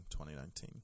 2019